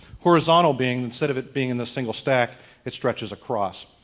horizontal being instead of it being in the single stack it stretches across.